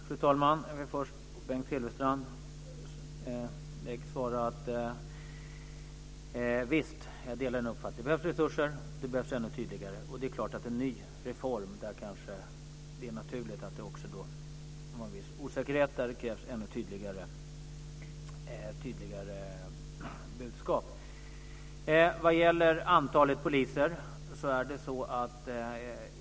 Fru talman! Visst, jag delar Bengt Silfverstrands uppfattning. Det behövs resurser. Det behövs göras något ännu tydligare. Det är klart att det kan råda en viss osäkerhet när det gäller en ny reform - det är naturligt. Det krävs ännu tydligare budskap.